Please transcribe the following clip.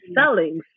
selling